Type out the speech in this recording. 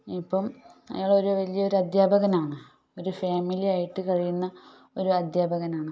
ഇപ്പം അയാളൊരു വലിയൊരു അദ്ധ്യാപകനാണ് ഒരു ഫാമിലി ആയിട്ട് കഴിയുന്ന ഒരു അദ്ധ്യാപകനാണ്